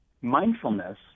mindfulness